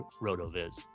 ROTOVIZ